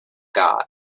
got